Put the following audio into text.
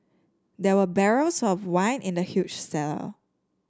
there were barrels of wine in the huge cellar